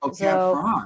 Okay